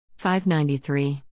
593